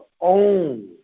own